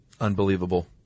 Unbelievable